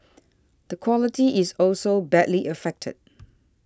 the quality is also badly affected